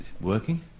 working